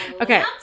Okay